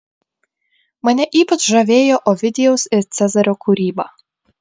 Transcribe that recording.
mane ypač žavėjo ovidijaus ir cezario kūryba